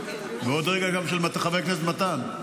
ועוד רגע גם של חבר הכנסת מתן.